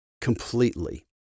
completely